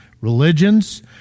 religions